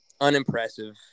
unimpressive